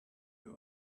you